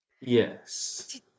Yes